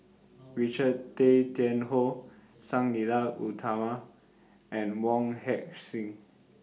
Richard Tay Tian Hoe Sang Nila Utama and Wong Heck Sing